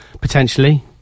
potentially